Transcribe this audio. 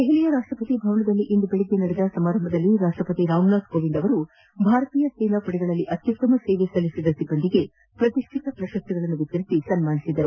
ದೆಹಲಿಯ ರಾಷ್ಟ್ರಪತಿ ಭವನದಲ್ಲಿಂದು ನಡೆದ ಸಮಾರಂಭದಲ್ಲಿ ರಾಷ್ಟ್ರಪತಿ ರಾಮನಾಥ್ ಕೋವಿಂದ್ ಭಾರತೀಯ ಸೇನಾ ಪಡೆಗಳಲ್ಲಿ ಅತ್ಯುತ್ತಮ ಸೇವೆ ಸಲ್ಲಿಸಿದ ಸಿಬ್ಬಂದಿಗೆ ಪ್ರತಿಷ್ಠಿತ ಪ್ರಶಸ್ತಿಗಳನ್ನು ವಿತರಿಸಿ ಸನ್ಮಾನಿಸಿದರು